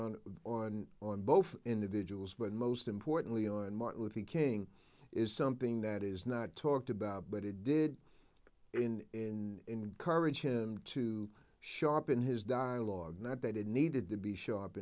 on on on both individuals but most importantly on martin luther king is something that is not talked about but it did in courage him to sharpen his dialogue not that it needed to be sharp